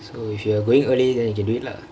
so if you are goingk early then you can do it lah